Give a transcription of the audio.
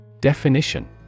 Definition